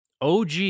OG